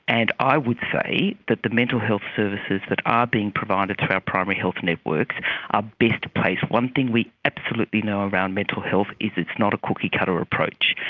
and i would say that the mental health services that are ah being provided through our primary health networks are best placed, one thing we absolutely know around mental health is it's not a cookie-cutter approach.